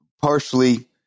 partially